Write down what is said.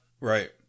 Right